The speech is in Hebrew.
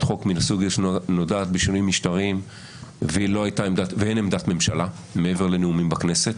חוק מן הסוג שנוגעת בשינוי משטרי ואין עמדת ממשלה מעבר לנאומים בכנסת.